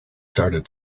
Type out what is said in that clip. started